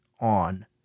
on